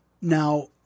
Now